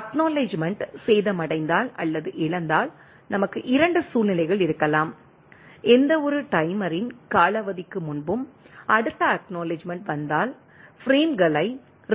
acknowledgement சேதமடைந்தால் அல்லது இழந்தால் நமக்கு 2 சூழ்நிலைகள் இருக்கலாம் எந்தவொரு டைமரின் காலாவதிக்கு முன்பும் அடுத்த அக்நாலெட்ஜ்மெண்ட் வந்தால் பிரேம்களை